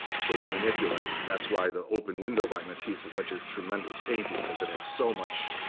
sort of, manipulate. that's why the open window by matisse is such a tremendous painting because it has so much,